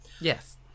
Yes